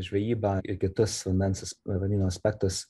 žvejybą ir kitus vandens as vandenyno aspektus